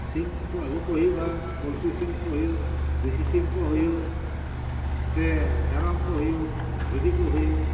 ᱥᱤᱢ ᱠᱚ ᱟᱹᱜᱩ ᱠᱚ ᱦᱩᱭᱩᱜᱼᱟ ᱯᱚᱞᱴᱤ ᱥᱤᱢ ᱠᱚ ᱦᱩᱭᱩᱜ ᱫᱮᱥᱤ ᱥᱤᱢ ᱠᱚ ᱦᱩᱭᱩᱜ ᱥᱮ ᱢᱮᱨᱚᱢ ᱠᱚ ᱦᱩᱭᱩᱜ ᱵᱷᱤᱰᱤ ᱠᱚ ᱦᱩᱭᱩᱜ